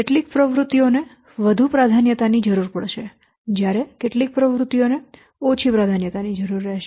કેટલીક પ્રવૃત્તિઓને વધુ પ્રાધાન્યતાની જરૂર પડશે જ્યારે કેટલીક પ્રવૃત્તિઓને ઓછી અગ્રતાની જરૂર રહેશે